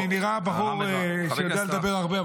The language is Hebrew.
אני נראה בחור שיודע לדבר הרבה,